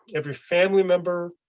every family member,